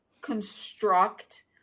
construct